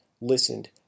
listened